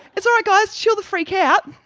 it's alright guys! chill the freak out.